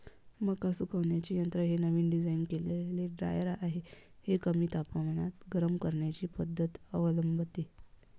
मका सुकवण्याचे यंत्र हे नवीन डिझाइन केलेले ड्रायर आहे जे कमी तापमानात गरम करण्याची पद्धत अवलंबते